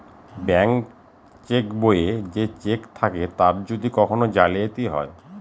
bank cheque বইয়ে যে cheque থাকে তার যদি কখন জালিয়াতি হয়